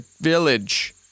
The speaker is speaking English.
village